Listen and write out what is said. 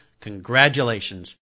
congratulations